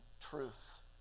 truth